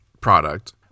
product